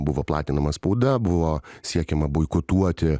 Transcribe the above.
buvo platinama spauda buvo siekiama boikotuoti